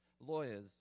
lawyers